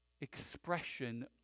expression